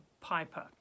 piper